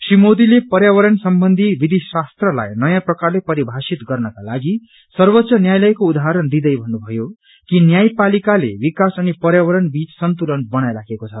श्री मोदीले पर्यावरण सम्बन्धी विधिशास्त्रलाई नयाँ प्रकारले परिमाषित गर्नकालागि सर्वोच्च न्यायालयको उदाहरण दिँदै भन्नुभयो कि न्यायपालिकाले विकास अनि पर्यावरण बीच संतुलन बनाइराखेको छ